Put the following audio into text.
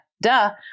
Duh